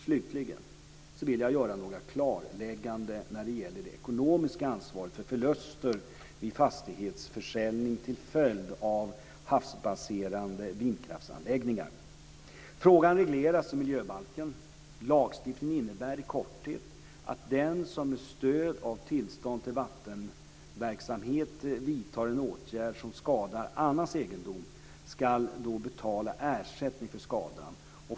Slutligen vill jag göra några klarlägganden när det gäller det ekonomiska ansvaret för förluster vid fastighetsförsäljning till följd av havsbaserade vindkraftsanläggningar. Frågan regleras i miljöbalken. Lagstiftningen innebär i korthet att den som med stöd av tillstånd till vattenverksamhet vidtar en åtgärd som skadar annans egendom ska betala ersättning för skadan .